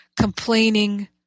complaining